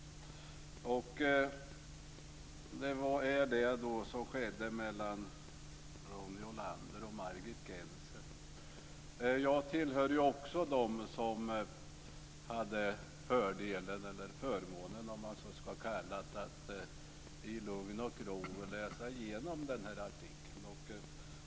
Jag vill då knyta an till det som sades mellan Jag tillhörde också dem som hade fördelen, eller förmånen, att i lugn och ro läsa igenom artikeln.